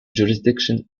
jurisdiction